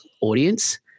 audience